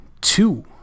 two